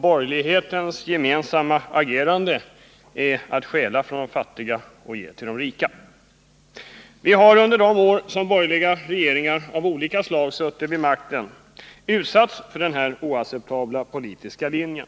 Borgerlighetens gemensamma agerande är att stjäla från de fattiga och ge till de rika. Vi har under de år som borgerliga regeringar av olika slag suttit vid makten utsatts för denna oacceptabla politiska linje.